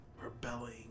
rebelling